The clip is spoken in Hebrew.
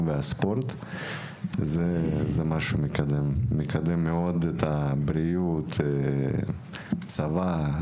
ועם הספורט יקדם מאוד את הבריאות והצבא.